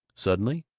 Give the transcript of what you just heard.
suddenly,